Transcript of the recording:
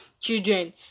children